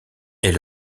est